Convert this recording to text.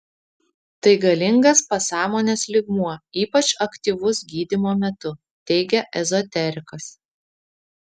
tai galingas pasąmonės lygmuo ypač aktyvus gydymo metu teigia ezoterikas